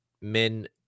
men